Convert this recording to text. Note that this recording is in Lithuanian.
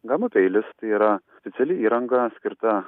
gama peilis tai yra speciali įranga skirta